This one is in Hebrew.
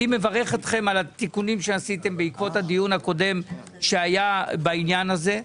אני מברך אתכם על התיקונים שעשיתם בעקבות הדיון הקודם שהיה בעניין הזה.